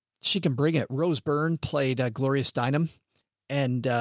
she can bring it. rose byrne played a gloria steinem and,